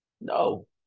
No